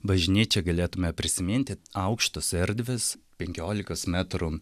bažnyčia galėtume prisiminti aukštos erdvės penkiolikos metrų